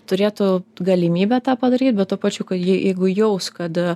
turėtų galimybę tą padaryt bet tuo pačiu kad jie jeigu jaus kad